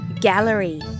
gallery